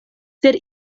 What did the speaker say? sed